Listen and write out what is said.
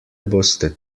boste